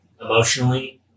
emotionally